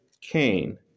Cain